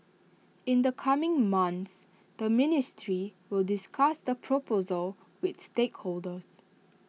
in the coming months the ministry will discuss the proposal with stakeholders